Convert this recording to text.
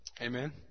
amen